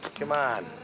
come on,